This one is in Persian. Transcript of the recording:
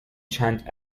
چند